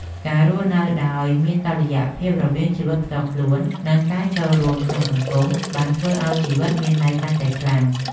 ការរស់នៅដោយមានតុល្យភាពរវាងជីវិតផ្ទាល់ខ្លួន និងការចូលរួមក្នុងសង្គម បានធ្វើឱ្យជីវិតមានន័យកាន់តែខ្លាំង។